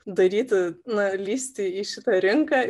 daryti na lįsti į šitą rinką